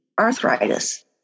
arthritis